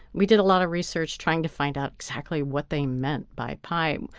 we did a lot of research trying to find out exactly what they meant by pie.